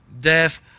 death